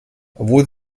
obwohl